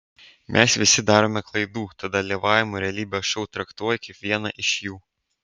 mes visi darome klaidų tad dalyvavimą realybės šou traktuoju kaip vieną iš jų